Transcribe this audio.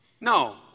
No